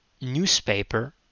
newspaper